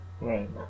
Right